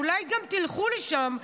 אולי גם תלכו לשם,